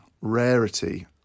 rarity